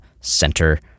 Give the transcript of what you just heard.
center